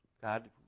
God